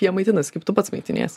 jie maitinasi kaip tu pats maitiniesi